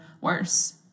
worse